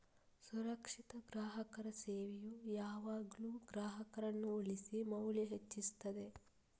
ಸುರಕ್ಷಿತ ಗ್ರಾಹಕರ ಸೇವೆಯು ಯಾವಾಗ್ಲೂ ಗ್ರಾಹಕರನ್ನ ಉಳಿಸಿ ಮೌಲ್ಯ ಹೆಚ್ಚಿಸ್ತದೆ